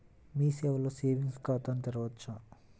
మీ సేవలో సేవింగ్స్ ఖాతాను తెరవవచ్చా?